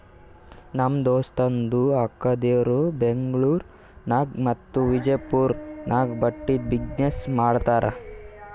ನಮ್ ದೋಸ್ತದು ಅಕ್ಕಾದೇರು ಬೆಂಗ್ಳೂರ್ ನಾಗ್ ಮತ್ತ ವಿಜಯಪುರ್ ನಾಗ್ ಬಟ್ಟಿದ್ ಬಿಸಿನ್ನೆಸ್ ಮಾಡ್ತಾರ್